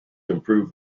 improve